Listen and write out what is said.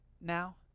now